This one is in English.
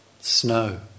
snow